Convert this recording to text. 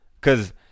Cause